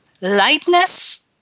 lightness